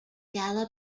gala